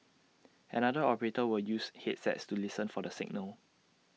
another operator will use headsets to listen for the signal